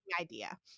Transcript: idea